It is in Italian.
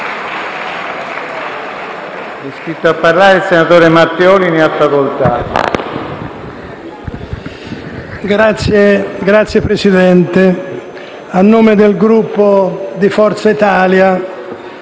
Signor Presidente, a nome del Gruppo di Forza Italia